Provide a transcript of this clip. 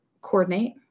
coordinate